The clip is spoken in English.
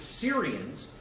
Syrians